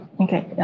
Okay